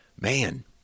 man